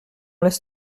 laisse